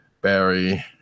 Barry